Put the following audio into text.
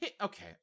Okay